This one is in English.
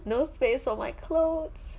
no space for my clothes